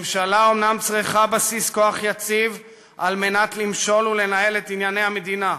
ממשלה אומנם צריכה בסיס כוח יציב כדי למשול ולנהל את ענייני המדינה,